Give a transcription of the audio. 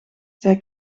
zij